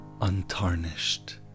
untarnished